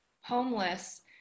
homeless